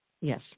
Yes